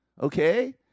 Okay